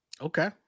Okay